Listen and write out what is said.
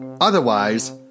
Otherwise